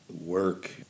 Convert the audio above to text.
work